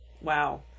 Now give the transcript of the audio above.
Wow